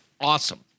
awesome